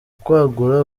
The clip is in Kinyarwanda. kwagura